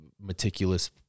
meticulous